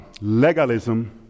legalism